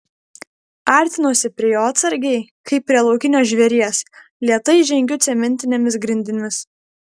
artinuosi prie jo atsargiai kaip prie laukinio žvėries lėtai žengiu cementinėmis grindimis